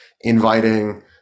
inviting